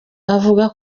avuga